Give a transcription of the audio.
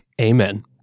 amen